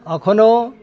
अखनो